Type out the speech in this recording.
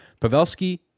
Pavelski